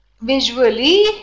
visually